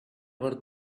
were